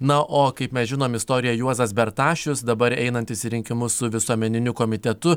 na o kaip mes žinom istoriją juozas bertašius dabar einantis į rinkimus su visuomeniniu komitetu